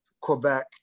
Quebec